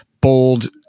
bold